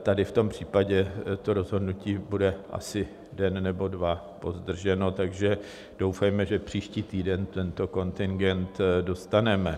Tady v tom případě rozhodnutí bude asi den nebo dva pozdrženo, takže doufejme, že příští týden tento kontingent dostaneme.